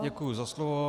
Děkuji za slovo.